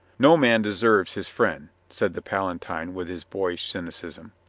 no man deserves his friend, said the palatine with his boyish cynicism.